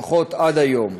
לפחות עד היום.